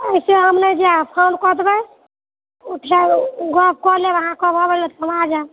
ओहिसँ हम नहि जाएब फोन कए देबै गप कए लेब अहाँ कहब अबए लए तऽ हम आ जाएब